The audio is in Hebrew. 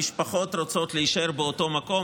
המשפחות רוצות להישאר באותו מקום,